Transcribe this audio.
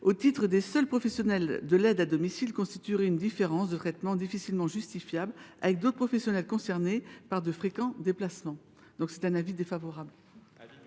au titre des seuls professionnels de l’aide à domicile constituerait une différence de traitement difficilement justifiable aux yeux des autres professionnels concernés par de fréquents déplacements : avis défavorable.